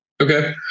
Okay